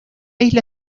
isla